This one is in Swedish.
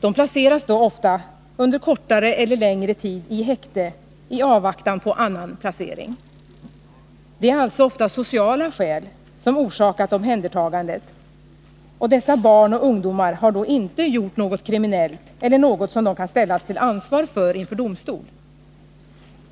De placeras då ofta under kortare eller längre tid i häkte i avvaktan på annan placering. Det är alltså ofta sociala förhållanden som orsakat omhändertagandet, och dessa barn och ungdomar har då inte gjort något kriminellt eller något som de kan ställas till ansvar för inför domstol.